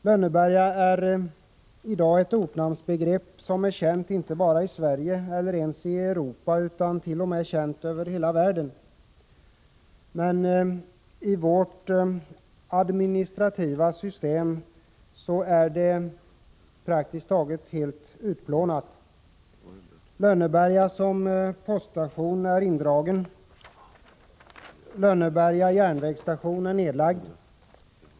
Lönneberga är i dag ett ortnamnsbegrepp som är känt inte bara i Sverige och det övriga Europa utan t.o.m. i hela världen, men i vårt administrativa system är det praktiskt taget helt utplånat. Lönneberga som poststation är indragen. Lönneberga järnvägsstation är nedlagd.